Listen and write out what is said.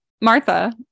Martha